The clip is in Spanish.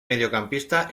mediocampista